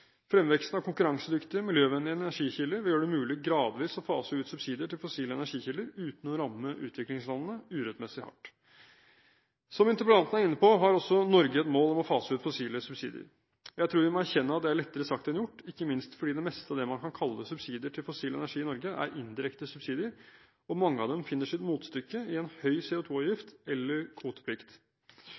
Fremveksten av konkurransedyktige miljøvennlige energikilder vil gjøre det mulig gradvis å fase ut subsidier til fossile energikilder uten å ramme utviklingslandene urettmessig hardt. Som interpellanten er inne på, har også Norge et mål om å fase ut fossile subsidier. Jeg tror vi må erkjenne at det er lettere sagt enn gjort, ikke minst fordi det meste av det man kan kalle subsidier til fossil energi i Norge, er indirekte subsidier, og mange av dem finner sitt motstykke i en høy CO2-avgift eller kvoteplikt.